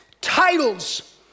titles